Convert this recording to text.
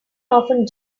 often